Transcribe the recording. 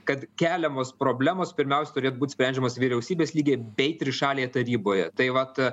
kad keliamos problemos pirmiausia turėtų būt sprendžiamos vyriausybės lygyje bei trišalėje taryboje tai vat